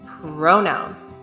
pronouns